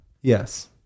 Yes